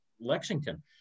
Lexington